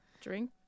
Drink